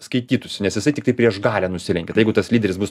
skaitytųsi nes jisai tiktai prieš galią nusilenkia tai jeigu tas lyderis bus